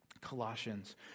Colossians